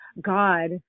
God